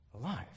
alive